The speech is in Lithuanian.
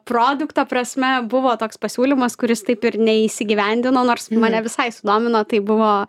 produkto prasme buvo toks pasiūlymas kuris taip ir neįsigyvendino nors mane visai sudomino tai buvo